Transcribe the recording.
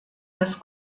das